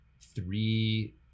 three